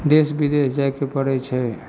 देश विदेश जाइके पड़य छै